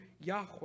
Yahweh